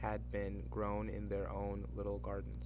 had been grown in their own little garden